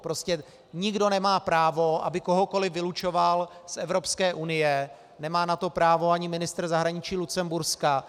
Prostě nikdo nemá právo, aby kohokoliv vylučoval z Evropské unie, nemá na to právo ani ministr zahraničí Lucemburska.